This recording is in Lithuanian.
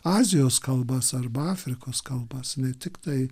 azijos kalbas arba afrikos kalbas ne tiktai